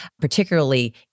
particularly